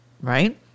right